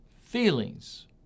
feelings